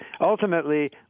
Ultimately